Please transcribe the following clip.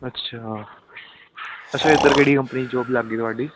ਅੱਛਾ ਅੱਛਾ ਇੱਧਰ ਕਿਹੜੀ ਕੰਪਨੀ 'ਚ ਜੋਬ ਲੱਗ ਗਈ ਤੁਹਾਡੀ